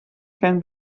can